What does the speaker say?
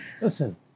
listen